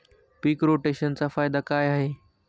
पीक रोटेशनचा फायदा काय आहे?